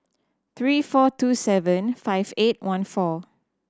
three four two seven five eight one four